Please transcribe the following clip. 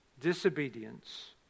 disobedience